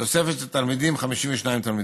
תוספת של תלמידים: 52 תלמידים.